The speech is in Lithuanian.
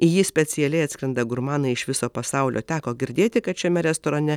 į jį specialiai atskrenda gurmanai iš viso pasaulio teko girdėti kad šiame restorane